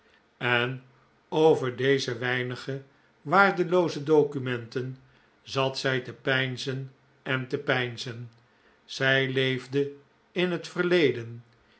en over deze weinige waardelooze documenten zat zij te peinzen en te peinzen zij leefde in het verleden